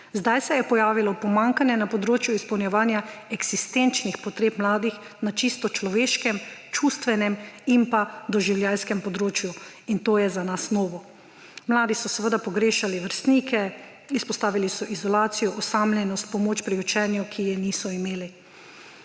zdaj se je pojavilo pomanjkanje na področju izpolnjevanja eksistenčnih potreb mladih na čisto človeškem, čustvenem in doživljajskem področju. In to je za nas novo. Mladi so pogrešali vrstnike, izpostavili so izolacijo, osamljenost, pomoč pri učenju, ki je niso imeli.